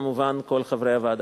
וכמובן כל חברי הוועדה.